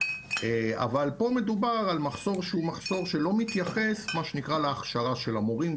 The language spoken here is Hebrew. אבל פה מדובר על מחסור שהוא לא מתייחס מה שנקרא להכשרה של המורים,